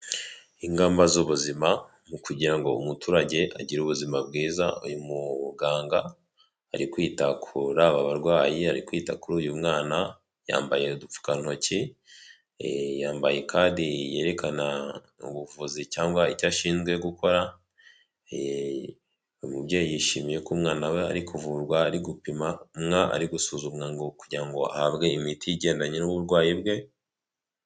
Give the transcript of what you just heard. Ingamba z'ubuzima mu kugira ngo umuturage agire ubuzima bwiza, uyu muganga ari kwitakura aba barwayi, ari kwita kuri uyu mwana, yambaye udupfukantoki, yambaye kadi yerekana ubuvuzi cyangwa icyo ashinzwe gukora, umubyeyi yishimiye ko umwana we ari kuvurwa, ari gupimwa, ari gusuzumwa kugira ngo ahabwe imiti igendanye n'uburwayi bwe.